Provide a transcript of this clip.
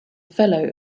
fellow